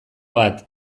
bat